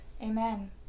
Amen